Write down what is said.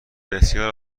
بسیار